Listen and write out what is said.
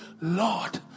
Lord